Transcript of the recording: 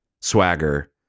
swagger